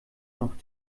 noch